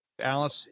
Alice